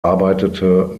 arbeitete